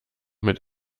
mit